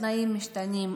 התנאים משתנים,